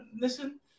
listen